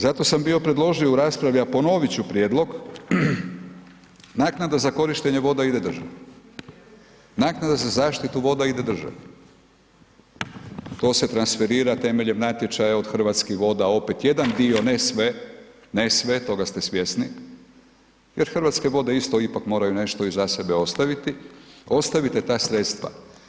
Zato sam bio predložio u raspravi, a predložiti ću prijedlog, naknada za korištenje voda ide državi, nakana za zaštitu voda ide državi, to se transferira temeljem natječaja od Hrvatskih voda, opet jedan dio, ne sve, ne sve, toga ste svjesni, jer Hrvatske vode isto ipak moraju nešto i za sebe ostaviti, ostavite ta sredstva.